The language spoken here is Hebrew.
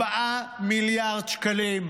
4 מיליארד שקלים,